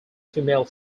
female